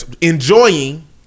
enjoying